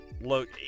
look